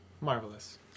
Marvelous